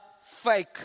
fake